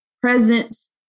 presence